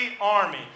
army